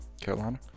Carolina